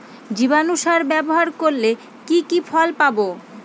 জীবাণু সার ব্যাবহার করলে কি কি ফল পাবো?